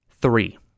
Three